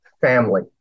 family